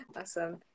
awesome